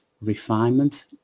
refinement